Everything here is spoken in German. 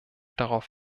darauf